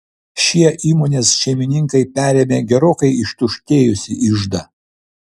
šie įmonės šeimininkai perėmė gerokai ištuštėjusį iždą